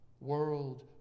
world